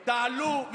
תעלה,